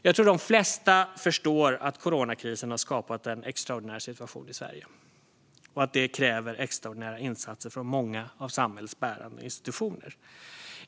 Jag tror att de flesta förstår att coronakrisen har skapat en extraordinär situation i Sverige, och den kräver extraordinära insatser från många av samhällets bärande institutioner.